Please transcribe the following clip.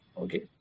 Okay